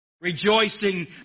rejoicing